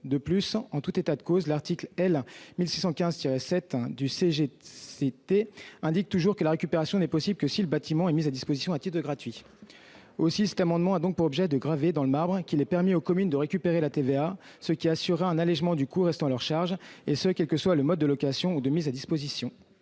De plus, en tout état de cause, l'article L. 1615-7 du CGCT indique toujours que la récupération n'est possible que si le bâtiment est mis à disposition à titre gratuit. Cet amendement a donc pour objet de graver dans le marbre qu'il est permis aux communes de récupérer la TVA. Cela assurerait un allégement du coût restant à leur charge, et ce quel que soit le mode de location ou de mise à disposition